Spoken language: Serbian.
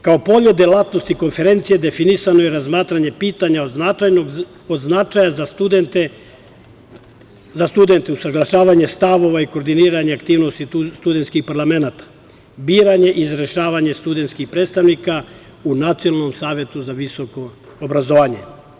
Kao polje delatnosti konferencije definisano je razmatranje pitanja od značaja za studente, usaglašavanje stavova i koordinisanje aktivnosti studentskih parlamenata, biranje i razrešavanje studentskih predstavnika u Nacionalnom savetu za visoko obrazovanje.